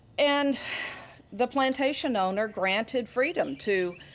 and the plantation owner granted freedom to